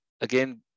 again